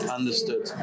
Understood